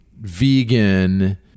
vegan